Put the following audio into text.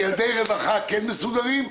ילדי רווחה מסודרים,